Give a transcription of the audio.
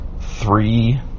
three